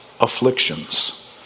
afflictions